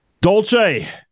Dolce